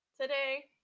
today